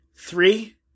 Three